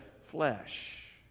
flesh